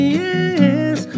yes